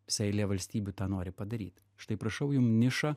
visa eilė valstybių tą nori padaryt štai prašau jum niša